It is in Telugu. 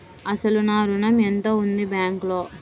అసలు నా ఋణం ఎంతవుంది బ్యాంక్లో?